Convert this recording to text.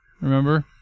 Remember